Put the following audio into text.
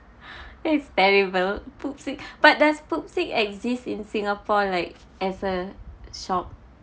that's terrible Pupsik but does Pupsik exist in singapore like as a shop